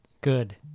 good